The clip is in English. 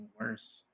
worse